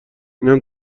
اینم